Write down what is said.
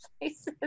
places